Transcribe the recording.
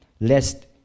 Lest